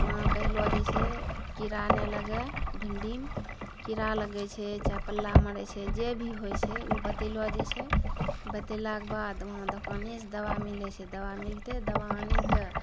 वहाँ कहिलऽ जाइ छै कीड़ा नहि लगै भिन्डीमे कीड़ा लगै छै चाहे पल्ला मारै छै जे भी होइ छै ओ बतैलऽ जाइ छै बतेलाके बाद वहाँ दोकानेसँ दवा मिलै छै दवा मिलतै दवा आनिके